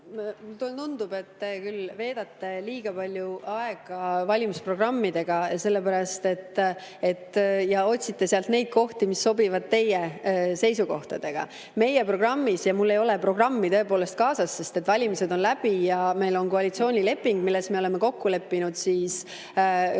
Mulle tundub, et te veedate liiga palju aega valimisprogrammidega, ja otsite sealt neid kohti, mis sobivad teie seisukohtadega. Meie programmis – mul ei ole programmi tõepoolest kaasas, sest valimised on läbi, ja meil on koalitsioonileping, milles me oleme kokku leppinud